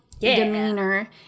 demeanor